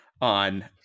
on